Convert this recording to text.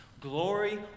Glory